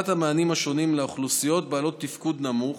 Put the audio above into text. המענים השונים לאוכלוסיות בעלות תפקוד נמוך,